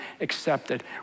accepted